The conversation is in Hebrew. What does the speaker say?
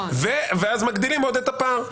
ואז מגדילים את הפער.